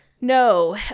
no